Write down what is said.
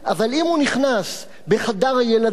אבל אם הוא נכנס בחדר הילדים,